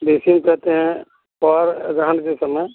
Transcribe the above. batching कहते हैं और अगहन के समय